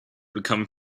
become